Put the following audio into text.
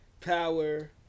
power